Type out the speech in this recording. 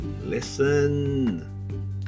listen